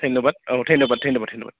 धयनबाद औ धयनबाद धयनबाद धयनबाद